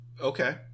Okay